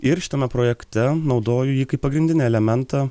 ir šitame projekte naudoju jį kaip pagrindinį elementą